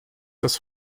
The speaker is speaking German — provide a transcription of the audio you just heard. das